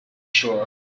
sure